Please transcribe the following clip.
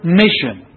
mission